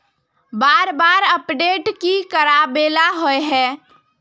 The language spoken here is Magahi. बार बार अपडेट की कराबेला होय है?